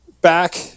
back